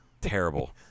Terrible